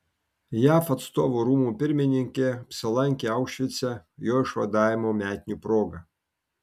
jav atstovų rūmų pirmininkė apsilankė aušvice jo išvadavimo metinių proga